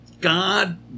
God